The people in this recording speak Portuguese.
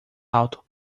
alto